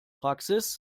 praxis